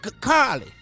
Carly